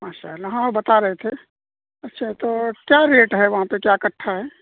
ماشاء اللہ ہاں وہ بتا رہے تھے اچھا تو کیا ریٹ ہے وہاں پہ کیا کٹھا ہے